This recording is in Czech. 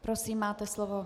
Prosím, máte slovo.